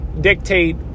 dictate